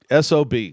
SOB